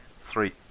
Three